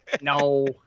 No